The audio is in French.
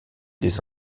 des